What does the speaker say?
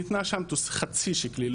ניתנה שם חצי שקלי,